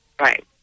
Right